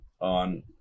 on